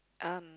um